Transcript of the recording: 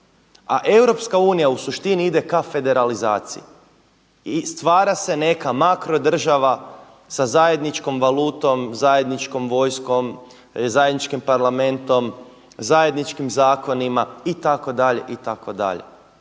A EU u suštini ide ka federalizaciji i stvara se neka makrodržava sa zajedničkom valutom, zajedničkom vojskom, zajedničkim parlamentom, zajedničkim zakonima itd. itd.